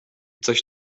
coś